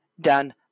done